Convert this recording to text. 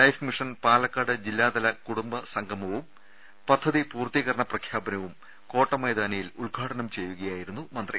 life mission Palakkad ജില്ലാതല കുടുംബസംഗമവും പ ദ്ധതി പൂർത്തീകരണ പ്രഖ്യാപനവും കോട്ടമൈതാനിയിൽ ഉദ്ഘാടനം ചെയ്യുക യായിരുന്നു മന്ത്രി